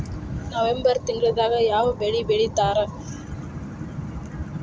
November ತಿಂಗಳದಾಗ ಯಾವ ಬೆಳಿ ಬಿತ್ತತಾರ?